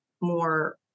more